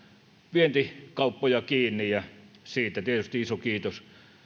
vientikauppoja kiinni siitä tietysti iso kiitos